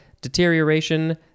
deterioration